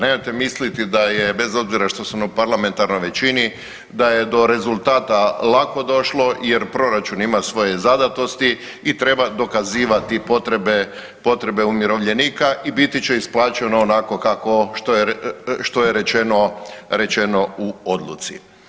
Nemojte misliti da je, bez obzira što sam u parlamentarnoj većini, da je do rezultata lako došlo jer proračun ima svoje zadatosti i treba dokazivati potrebe, potrebe umirovljenika i biti će isplaćeno onako kako, što je rečeno, rečeno u odluci.